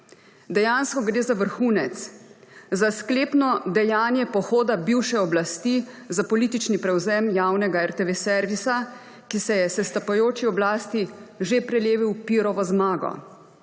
Dejansko gre za vrhunec, za sklepno dejanjem pohoda bivše oblasti za politični prevzem javnega RTV servisa, ki se je sestopajoči oblasti že prelevil v Pirovo zmago.